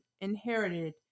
inherited